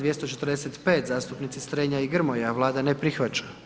245. zastupnici Strenja i Grmoja, Vlada ne prihvaća.